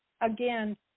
again